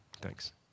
Thanks